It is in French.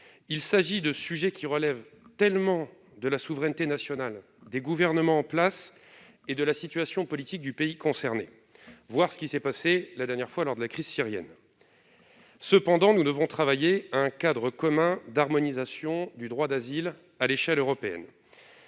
tant ces sujets relèvent de la souveraineté nationale, des gouvernements en place et de la situation politique du pays concerné. Il n'est que de voir ce qui s'est passé lors de la crise syrienne. Cependant, nous devons travailler à un cadre commun d'harmonisation du droit d'asile à l'échelle européenne.